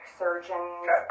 surgeons